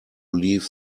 leave